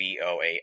BOA